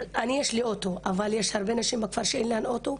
לי יש אוטו אבל לנשים רבות בכפר אין אוטו,